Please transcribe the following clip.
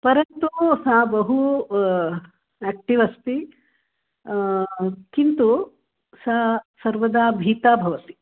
परन्तु सा बहु एक्टिव् अस्ति किन्तु सा सर्वदा भीता भवति